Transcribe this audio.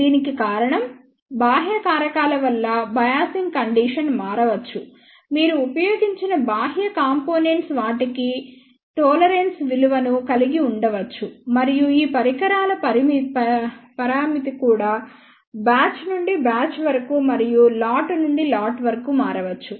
దీనికి కారణం బాహ్య కారకాల వల్ల బయాసింగ్ కండీషన్ మారవచ్చు మీరు ఉపయోగించిన బాహ్య కాంపోనెంట్స్ వాటికి టోలెరెన్సు విలువను కలిగి ఉండవచ్చు మరియు ఈ పరికరాల పరామితి కూడా బ్యాచ్ నుండి బ్యాచ్ వరకు మరియు లాట్ నుండి లాట్ వరకు మారవచ్చు